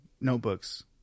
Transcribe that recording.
notebooks